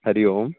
हरिः ओम्